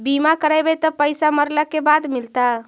बिमा करैबैय त पैसा मरला के बाद मिलता?